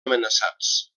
amenaçats